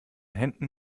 händen